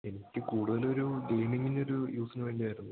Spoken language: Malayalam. എനിക്ക് കൂടുതൽ ഒരു ഡെയ്ലിങ്ങിനൊരു യൂസിനു വേണ്ടിയായിരുന്നു